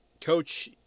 Coach